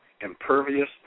impervious